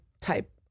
type